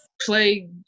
play